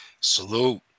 Salute